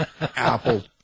apple